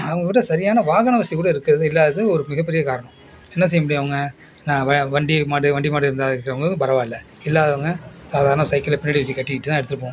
அவங்கக்கிட்ட சரியான வாகன வசதிக் கூட இருக்காது இல்லாதது ஒரு மிகப்பெரிய காரணம் என்ன செய்ய முடியும் அவங்க வ வண்டி மாடு வண்டி மாடு இருந்தால் இருக்கிறவங்களுக்கு பரவாயில்லை இல்லாதவங்க சாதாரண சைக்கிளில் பின்னாடி வைச்சு கட்டிக்கிட்டு தான் எடுத்துகிட்டு போகணும்